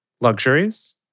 luxuries